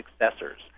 successors